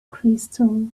crystal